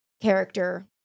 character